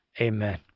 amen